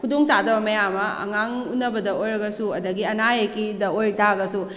ꯈꯨꯗꯣꯡ ꯆꯥꯗꯕ ꯃꯌꯥꯝꯃ ꯑꯉꯥꯡ ꯎꯅꯕꯗ ꯑꯣꯏꯔꯒꯁꯨ ꯑꯗꯒꯤ ꯑꯅꯥ ꯑꯌꯦꯛꯀꯤꯗ ꯑꯣꯏꯇꯥꯔꯒꯁꯨ